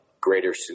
greater